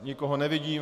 Nikoho nevidím.